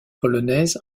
polonaise